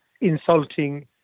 insulting